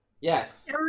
yes